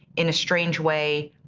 in a strange way,